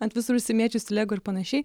ant visur išsimėčiusių lego ir panašiai